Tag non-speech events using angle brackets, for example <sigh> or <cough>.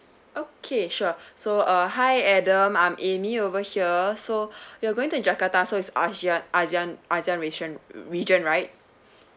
okay sure so uh hi adam I'm amy over here so <breath> you're going to jakarta so is asia ASEAN ASEAN ratio~ region right